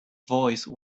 voice